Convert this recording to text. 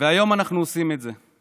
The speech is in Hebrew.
והיום אנחנו עושים את זה,